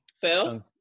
Phil